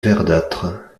verdâtre